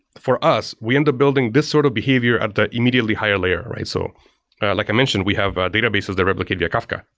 for us, we end up building this sort of behavior at the immediately higher layer, right? so i like i mentioned, we have databases that replicated via kafka.